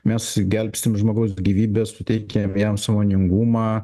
mes gelbstim žmogaus gyvybę suteikiam jam sąmoningumą